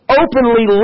openly